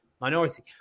minority